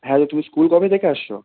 হ্যাঁ তো তুমি স্কুল কবে থেকে আসছ